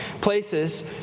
places